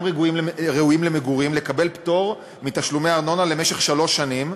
ראויים למגורים לקבל פטור מתשלומי ארנונה למשך שלוש שנים,